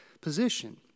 position